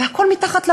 והכול מתחת לרדאר,